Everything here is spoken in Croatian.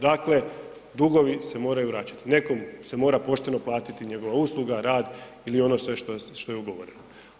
Dakle, dugovi se moraju vraćati, nekome se mora pošteno platiti njegova usluga, rad ili ono sve što je ugovoreno.